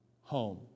home